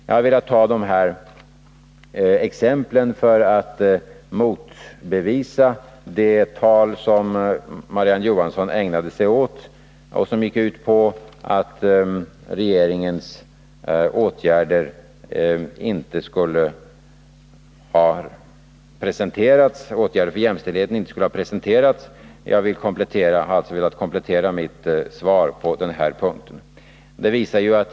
Jag har velat ta dessa exempel för att motbevisa det tal som Marie-Ann Johansson har ägnat sig åt och som gick ut på att regeringens åtgärder för jämställdheten inte skulle ha presenterats. Jag har alltså velat komplettera mitt svar på denna punkt.